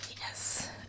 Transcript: Yes